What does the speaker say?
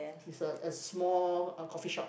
is a a small a coffee shop